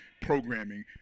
programming